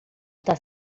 está